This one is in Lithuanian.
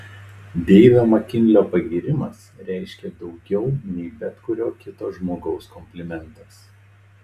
deivo makinlio pagyrimas reiškė daugiau nei bet kurio kito žmogaus komplimentas